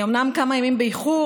אומנם כמה ימים באיחור,